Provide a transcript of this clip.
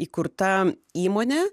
įkurta įmonė